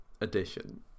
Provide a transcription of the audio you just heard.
edition